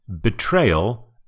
Betrayal